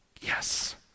Yes